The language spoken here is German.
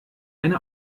eine